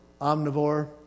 Omnivore